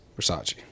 Versace